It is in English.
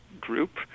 group